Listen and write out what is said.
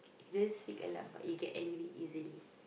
don't speak a lot but you get angry easily